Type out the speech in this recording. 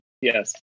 Yes